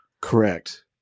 Correct